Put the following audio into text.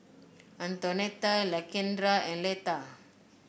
Antonetta Lakendra and Leta